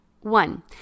one